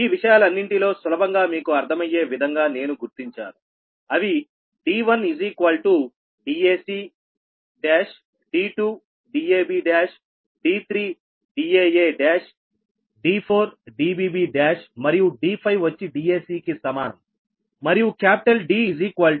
ఈ విషయాలన్నింటిలో సులభంగా మీకు అర్థమయ్యే విధంగా నేను గుర్తించాను అవి d1dac1d2 dab1 d3daa1 d4dbb1 మరియు d5 వచ్చి dac కి సమానం మరియు క్యాపిటల్ D dab dbc